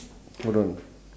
hold on